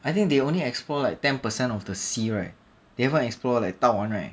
I think they only explore like ten percent of the sea right they haven't explore like 到完 right